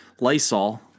Lysol